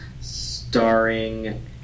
starring